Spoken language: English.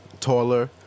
taller